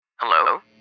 Hello